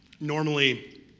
normally